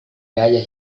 gaya